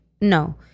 No